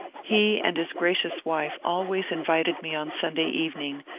he and his gracious wife always invited me on sunday evening,